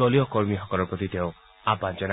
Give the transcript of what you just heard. দলীয় কৰ্মীসকলৰ প্ৰতি তেওঁ আহান জনায়